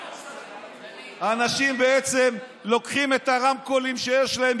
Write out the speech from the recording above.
אנשים לוקחים את הרמקולים שיש להם,